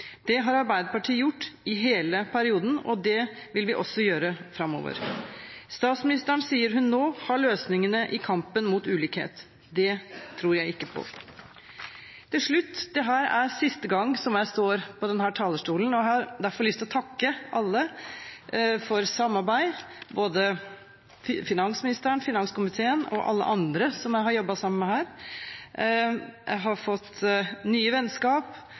Det har Arbeiderpartiet gjort i hele perioden, og det vil vi også gjøre framover. Statsministeren sier hun nå har løsningene i kampen mot ulikhet. Det tror jeg ikke på. Til slutt: Dette er siste gang jeg står på denne talerstolen, og jeg har derfor lyst til å takke alle for samarbeidet, både finansministeren, finanskomiteen og alle andre som jeg har jobbet sammen med her. Jeg har fått nye vennskap